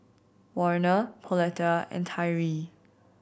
Warner Pauletta and Tyree